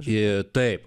ir taip